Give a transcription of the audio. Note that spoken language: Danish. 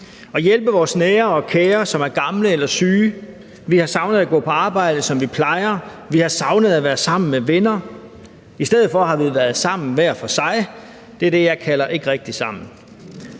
og hjælpe vores nære og kære, som er gamle eller syge. Vi har savnet at gå på arbejde, som vi plejer. Vi har savnet at være sammen med venner. I stedet for har vi været sammen hver for sig – det er det, jeg kalder: Ikke rigtig sammen.